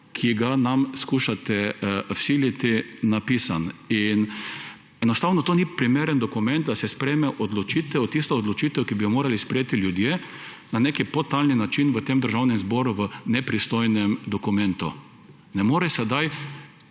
ki nam ga skušate vsiliti, napisan. Enostavno to ni primeren dokument, da se sprejme odločitev, tista odločitev, ki bi jo morali sprejeti ljudje, na nek podtalen način v tem državnem zboru v nepristojnem dokumentu. Ne more sedaj